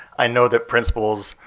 i know that principals,